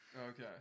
okay